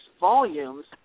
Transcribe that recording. volumes